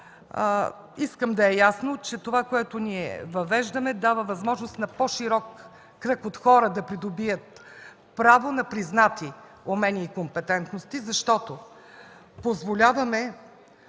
Искам да е ясно, че това, което ние въвеждаме, дава възможност на по-широк кръг от хора да придобият право на признати умения и компетентности, защото позволяваме